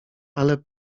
ale